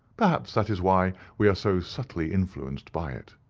perhaps that is why we are so subtly influenced by it.